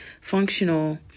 functional